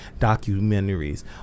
documentaries